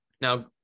Now